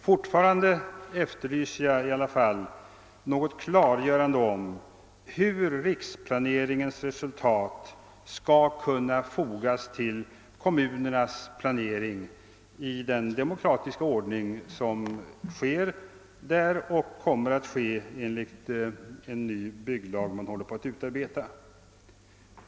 Fortfarande efterlyser jag i alla fall något klargörande om hur riksplaneringens resultat skall kunna fogas till kommunernas planering i den demokratiska ordning som sker där och som kommer att ske enligt den nya bygglag som man håller på att utarbeta.